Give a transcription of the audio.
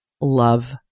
love